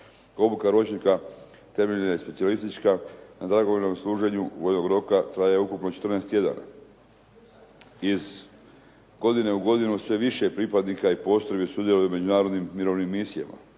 Obuka ročnika temeljena je i specijalistička na dragovoljnom služenju vojnog roka. Traje ukupno 14 tjedana. Iz godine u godinu sve više pripadnika i postrojbi sudjeluje u međunarodnim mirovnim misijama